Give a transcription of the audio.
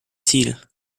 ziel